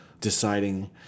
deciding